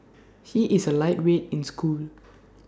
he is A lightweight in school